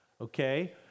okay